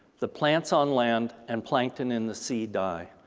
the plants on land and plankton in the sea die,